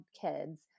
kids